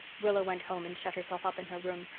rilla went home and shut herself up in her room,